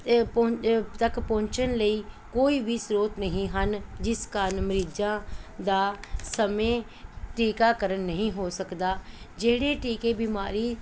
ਪ ਤੱਕ ਪਹੁੰਚਣ ਲਈ ਕੋਈ ਵੀ ਸਰੋਤ ਨਹੀਂ ਹਨ ਜਿਸ ਕਾਰਨ ਮਰੀਜ਼ਾਂ ਦਾ ਸਮੇਂ ਟੀਕਾਕਰਨ ਨਹੀਂ ਹੋ ਸਕਦਾ ਜਿਹੜੇ ਟੀਕੇ ਬਿਮਾਰੀ